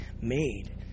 made